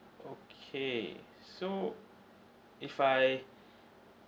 okay so if I